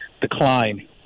decline